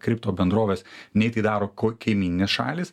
kripto bendroves nei tai daro ko kaimyninės šalys